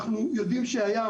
אנחנו יודעים שהים,